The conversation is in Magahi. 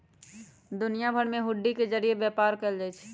दुनिया भर में हुंडी के जरिये व्यापार कएल जाई छई